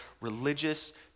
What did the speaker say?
religious